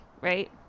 right